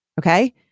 okay